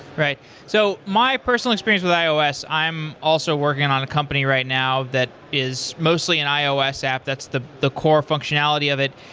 so my personal experience with ios, i am also working on company right now that is mostly an ios app, that's the the core functionality of it.